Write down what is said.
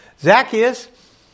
Zacchaeus